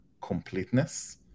completeness